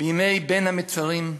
בימי בין המצרים,